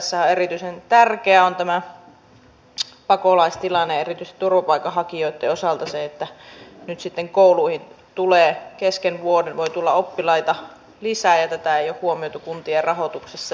tässähän erityisen tärkeä on tämä pakolaistilanne ja erityisesti turvapaikkahakijoitten osalta se että nyt sitten kouluihin voi tulla kesken vuoden oppilaita lisää ja tätä ei ole huomioitu kuntien rahoituksessa